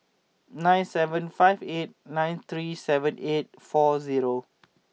nine seven five eight nine three seven eight four zero